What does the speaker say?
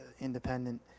independent